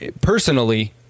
personally